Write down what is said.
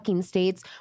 States